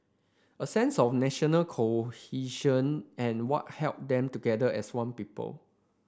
a sense of national cohesion and what held them together as one people